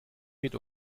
mit